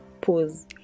pause